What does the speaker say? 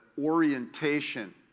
orientation